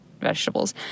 vegetables